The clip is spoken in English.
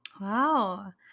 Wow